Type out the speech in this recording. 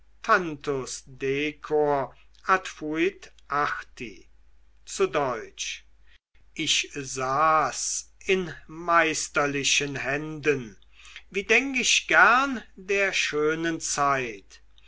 zu deutsch ich sah's in meisterlichen händen wie denk ich gern der schönen zeit